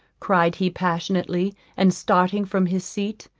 cried he passionately, and starting from his seat.